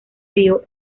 río